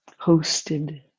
hosted